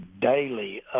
daily